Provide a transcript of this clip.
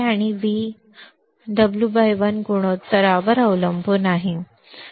k स्थिर आहे आणि W l गुणोत्तरांवर अवलंबून आहे